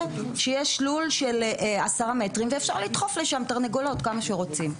שיש לול של עשרה מטרים ואפשר לדחוף לתוכו תרנגולות כמה שרוצים.